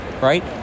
right